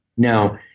now,